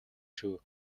шүү